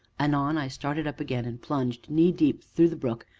anon i started up again, and plunged, knee-deep, through the brook,